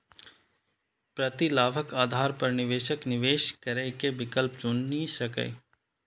प्रतिलाभक आधार पर निवेशक निवेश करै के विकल्प चुनि सकैए